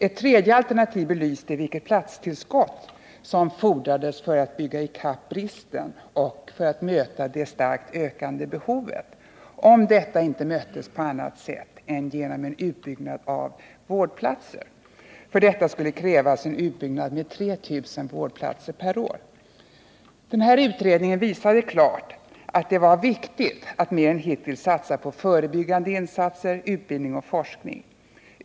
Ett tredje alternativ belyste vilket platstillskott som erfordrades för att bygga ikapp bristen och för att möta det starkt ökande behovet, om detta inte möttes på annat sätt än genom en utbyggnad av vårdplatser. För detta skulle krävas en utbyggnad med 3 000 vårdplatser per år. Utredningen visade klart att det var viktigt att mer än hittills satsa på förebyggande insatser, utbildning och forskning.